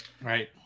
right